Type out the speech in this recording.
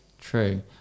True